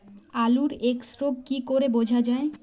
আলুর এক্সরোগ কি করে বোঝা যায়?